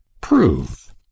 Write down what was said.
prove